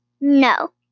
No